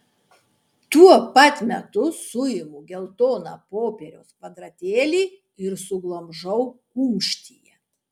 tuo pat metu suimu geltoną popieriaus kvadratėlį ir suglamžau kumštyje